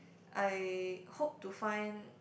I hope to find